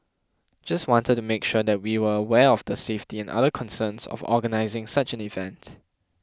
just wanted to make sure that we were aware of the safety and other concerns of organising such an event